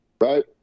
right